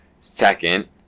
Second